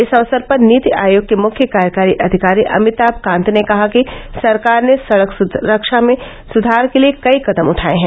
इस अवसर पर नीति आयोग के मुख्य कार्यकारी अधिकारी अमिताभ कांत ने कहा कि सरकार ने सड़क सुरक्षा में सुधार के लिए कई कदम उठाये हैं